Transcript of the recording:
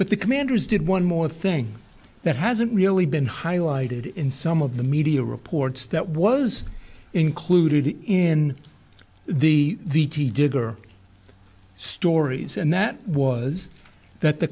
but the commanders did one more thing that hasn't really been highlighted in some of the media reports that was included in the digger stories and that was that the